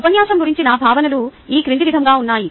ఉపన్యాసం గురించి నా భావాలు ఈ క్రింది విధంగా ఉన్నాయి